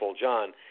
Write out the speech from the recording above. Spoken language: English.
John